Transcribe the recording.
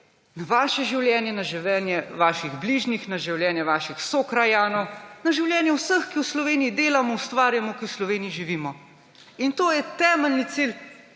na vaše življenje, na življenje vaših bližnjih, na življenje vaših sokrajanov, na življenje vseh, ki v Sloveniji delamo, ustvarjamo, ki v Sloveniji živimo. To je temeljni cilj,